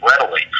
readily